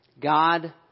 God